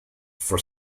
for